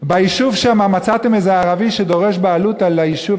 ביישוב שמצאתם איזה ערבי שדורש בעלות על היישוב,